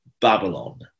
babylon